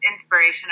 inspiration